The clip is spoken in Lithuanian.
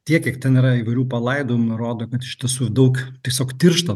tiek kiek ten yra įvairių palaidojimų rodo kad iš tiesų daug tiesiog tiršta